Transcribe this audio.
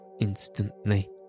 instantly